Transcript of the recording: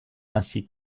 ainsi